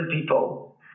people